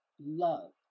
love